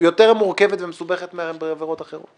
מורכבת ומסובכת מעבירות אחרות.